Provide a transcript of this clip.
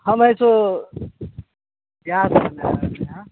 हम है सो क्या करना है अभी हाँ